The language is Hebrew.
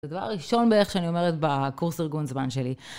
זה הדבר הראשון בערך שאני אומרת בקורס ארגון זמן שלי.